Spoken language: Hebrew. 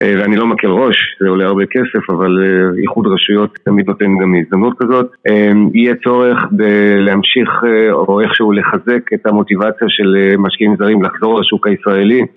ואני לא מכיר ראש, זה עולה הרבה כסף, אבל איחוד רשויות תמיד נותן גם הזדמנות כזאת. יהיה צורך ב... להמשיך או איכשהו לחזק את המוטיבציה של משקיעים זרים לחזור לשוק הישראלי.